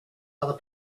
other